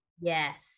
Yes